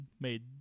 made